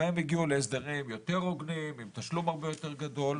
שבהם הגיעו להסדרים יותר הוגנים עם תשלום הרבה יותר גדול,